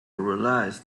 realise